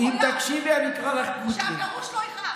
עם חולם, שהגרוש לא יכעס.